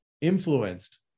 influenced